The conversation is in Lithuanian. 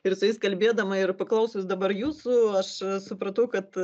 ir su jais kalbėdama ir paklausius dabar jūsų aš supratau kad